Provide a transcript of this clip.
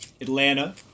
Atlanta